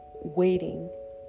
waiting